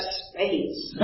space